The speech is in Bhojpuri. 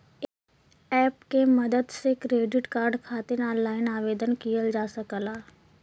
एप के मदद से क्रेडिट कार्ड खातिर ऑनलाइन आवेदन किहल जा सकला